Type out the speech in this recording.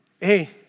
Hey